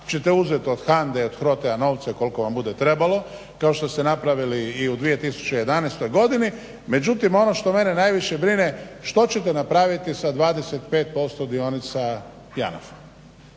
ćete uzet od HANDA-e i HROTE-a novce koliko vam bude trebalo kao što ste napravili i u 2011. godini. Međutim ono što mene najviše brine, što ćete napraviti sa 25% dionica JANAF–a.